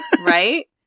Right